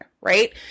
right